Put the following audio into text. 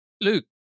Luke